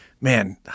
man